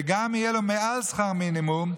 וגם יהיה לו מעל שכר מינימום.